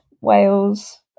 Wales